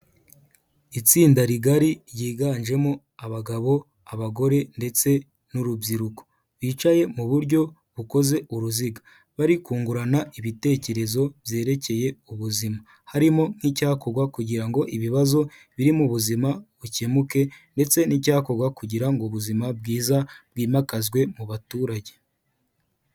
Itsinda rigari ryiganjemo abagabo, abagore ndetse n'urubyiruko; bicaye mu buryo bukoze uruziga bari kungurana ibitekerezo byerekeye ubuzima; harimo nk'icyakorwa kugira ngo ibibazo biri mu buzima bukemuke ndetse n'icyakorwa kugira ngo ubuzima bwiza bwimakazwe mu baturage.